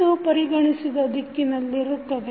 ಇದು ಪರಿಗಣಿಸಿದ ದಿಕ್ಕಿನಲ್ಲಿರುತ್ತದೆ